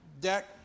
deck